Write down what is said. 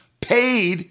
paid